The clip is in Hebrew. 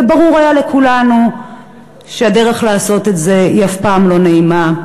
וברור היה לכולנו שהדרך לעשות את זה היא אף פעם לא נעימה.